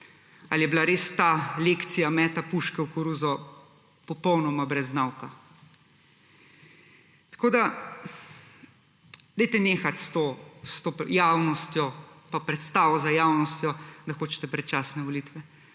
Ali je bila res ta lekcija meta puške v koruzo popolnoma brez nauka. Tako da, dajte nehati s to, s to javnostjo pa predstavo za javnostjo, da hočete predčasne volitve.